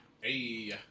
hey